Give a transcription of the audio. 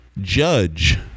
Judge